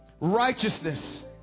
Righteousness